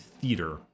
theater